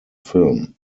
film